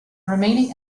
remaining